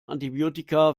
antibiotika